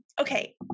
okay